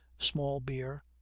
small beer,